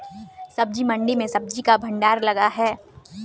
सब्जी मंडी में सब्जी का भंडार लगा है